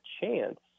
chance